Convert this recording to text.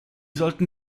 sollten